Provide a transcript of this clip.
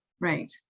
Right